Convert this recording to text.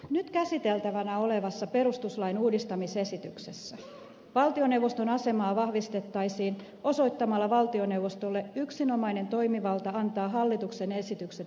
nyt käsiteltävänä olevassa perustuslain uudistamisesityksessä valtioneuvoston asemaa vahvistettaisiin osoittamalla valtioneuvostolle yksinomainen toimivalta antaa hallituksen esitykset eduskunnalle